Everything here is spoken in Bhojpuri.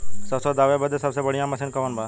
सरसों दावे बदे सबसे बढ़ियां मसिन कवन बा?